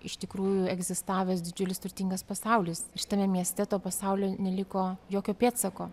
iš tikrųjų egzistavęs didžiulis turtingas pasaulis ir šitame mieste to pasaulio neliko jokio pėdsako